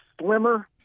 slimmer